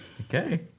Okay